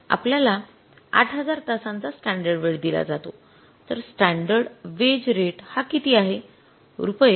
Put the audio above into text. आपल्याला ८००० तासांचा स्टॅंडर्ड वेळ दिला जातो तर स्टॅंडर्ड वेज रेट हा किती आहे